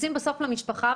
יוצאים בסוף למשפחה,